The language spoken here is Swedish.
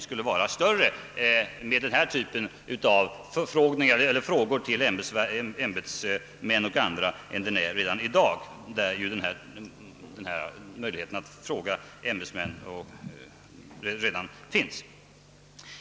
Det finns ingen anledning att utgå ifrån att den risken skulle vara större om man införde det här sättet att fråga tjänstemän och andra.